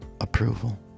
approval